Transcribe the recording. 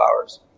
hours